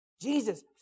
Jesus